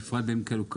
בפרט במקרים כאלה.